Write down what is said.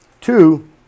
Two